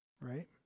Right